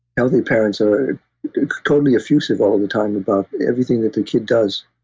healthy parents are totally effusive, all the time, about everything that their kid does.